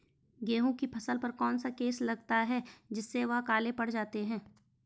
गेहूँ की फसल पर कौन सा केस लगता है जिससे वह काले पड़ जाते हैं?